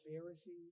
Pharisees